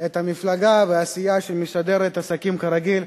את המפלגה והסיעה שמשדרת עסקים כרגיל,